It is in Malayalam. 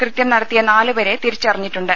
കൃത്യംന ടത്തിയ നാലുപേരെ തിരിച്ചറിഞ്ഞിട്ടുണ്ട്